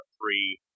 free